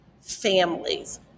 families